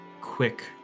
quick